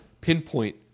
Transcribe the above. pinpoint